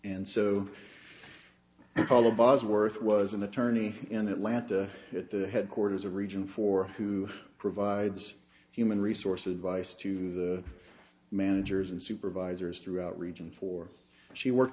and so call the boss worth was an attorney in atlanta at the headquarters of region four who provides human resource advice to the managers and supervisors throughout region four she worked